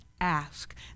ask